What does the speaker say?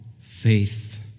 faith